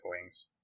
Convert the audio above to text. wings